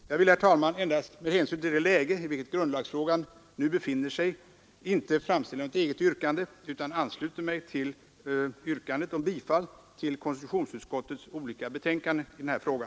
Jag vill, herr talman, endast med hänsyn till det läge i vilket grundlagsfrågan nu befinner sig inte framställa något eget yrkande utan ansluter mig till yrkandet om bifall till konstitutionsutskottets olika betänkanden i denna fråga.